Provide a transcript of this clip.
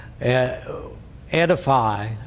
edify